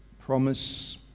promise